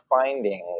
findings